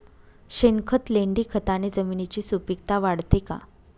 शेणखत, लेंडीखताने जमिनीची सुपिकता वाढते का?